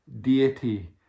deity